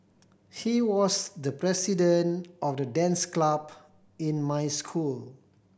he was the president of the dance club in my school